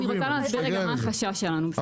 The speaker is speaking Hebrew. אני רוצה להסביר רגע מה החשש שלנו.